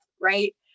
right